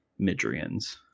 midrians